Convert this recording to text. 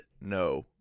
No